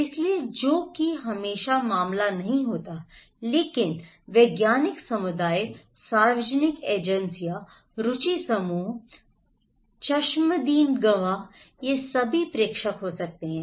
इसलिए जो कि हमेशा मामला नहीं होता है लेकिन वैज्ञानिक समुदाय सार्वजनिक एजेंसियां रुचि समूह चश्मदीद गवाह ये सभी प्रेषक हो सकते हैं